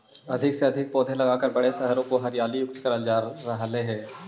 अधिक से अधिक पौधे लगाकर बड़े शहरों को हरियाली युक्त करल जा रहलइ हे